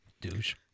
Douche